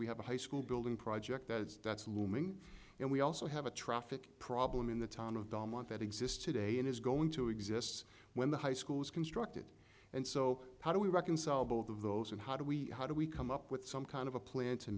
we have a high school building project that that's looming and we also have a traffic problem in the town of don't want that exists today and is going to exists when the high school is constructed and so how do we reconcile both of those and how do we how do we come up with some kind of a plan to